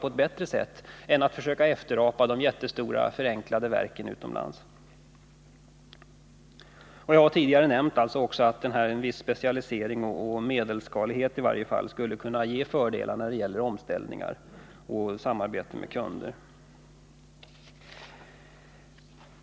Det är bättre än att försöka efterapa de jättestora och förenklade verken som finns utomlands. Jag har tidigare också nämnt att en viss specialisering och ”medelskalighet” kan ge fördelar vid omställningar och samarbete med kunder.